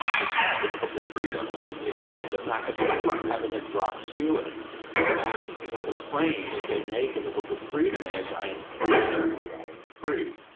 it's at in the book of freedom. i mean they say it's a map, it's a bit like having a dropped ceiling and you know, the claim that they make in the book of freedom is i am free, i and i am free.